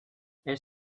elle